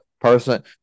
person